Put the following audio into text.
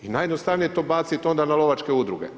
I najjednostavnije je to baciti onda na lovačke udruge.